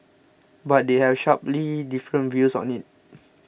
but they have sharply different views on it